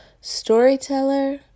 storyteller